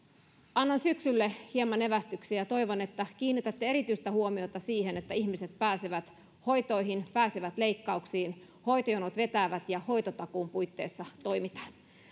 annan syksylle hieman evästyksiä ja toivon että kiinnitätte erityistä huomiota siihen että ihmiset pääsevät hoitoihin pääsevät leikkauksiin hoitojonot vetävät ja hoitotakuun puitteissa toimitaan